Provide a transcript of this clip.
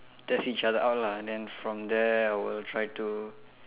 test each other's out lah and then from there I will try to